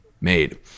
made